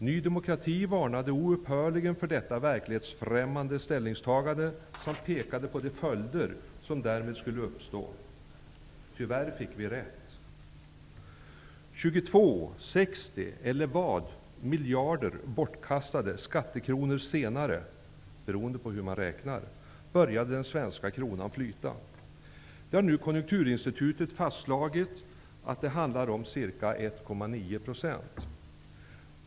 Ny demokrati varnade oupphörligen för detta verklighetsfrämmande ställningstagande samt pekade på de följder som därmed skulle uppstå. Tyvärr fick vi rätt. 22, 60, eller vad, miljarder bortkastade skattekronor senare -- det beror på hur man räknar -- började den svenska valutan flyta. Konjunkturinstitutet har nu fastslagit att det handlar om 1,9 %.